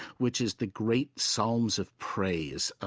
which is the great psalms of praise,